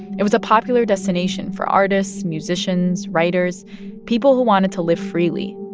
it was a popular destination for artists, musicians, writers people who wanted to live freely,